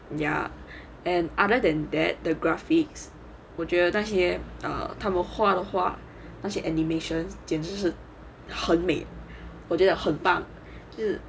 ya and other than that the graphic 我觉得那些 err 他们画的话那些 animations 简直是很美我觉得很棒